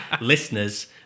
Listeners